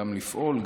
גם לפעול,